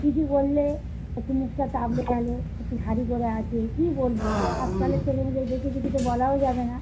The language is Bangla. কিছু বললে একটু মুখটা চাপ হয়ে গেলো একটু ভারী করে আছে কী বলবো আজকালের ছেলে মেয়েদের বেশি কিছু তো বলাও যাবে না